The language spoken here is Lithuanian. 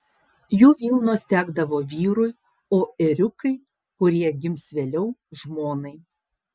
jų vilnos tekdavo vyrui o ėriukai kurie gims vėliau žmonai